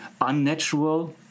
unnatural